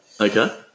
okay